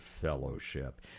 Fellowship